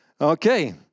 Okay